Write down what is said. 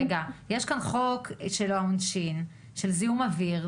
יש את חוק העונשין של זיהום אוויר,